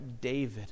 David